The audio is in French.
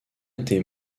été